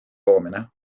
loomine